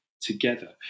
together